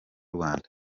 rwanda